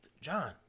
John